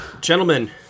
gentlemen